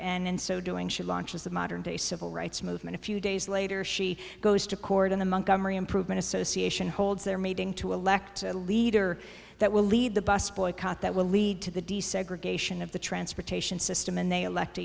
in so doing she launches the modern day civil rights movement a few days later she goes to court in the monkey improvement association holds their meeting to elect a leader that will lead the bus boycott that will lead to the desegregation of the transportation system and they elect